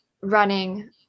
running